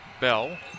Bell